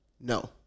no